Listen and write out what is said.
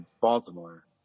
Baltimore